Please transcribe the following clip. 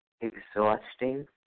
Exhausting